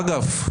אגב,